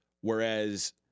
whereas